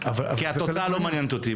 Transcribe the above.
התוצאה לא מעניינת אותי,